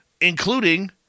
including